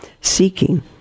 seeking